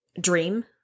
dream